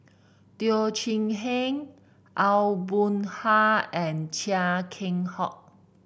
Teo Chee Hean Aw Boon Haw and Chia Keng Hock